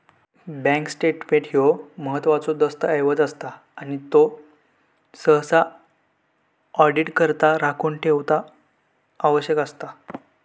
bank statement ह्यो महत्त्वाचो दस्तऐवज असता आणि त्यो सहसा ऑडिटकरता राखून ठेवणा आवश्यक असता